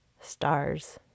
stars